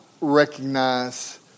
recognize